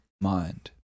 mind